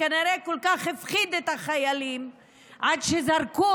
כנראה כל כך הפחיד את החיילים עד שזרקו